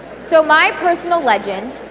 so my personal legend